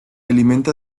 alimenta